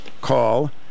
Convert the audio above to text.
call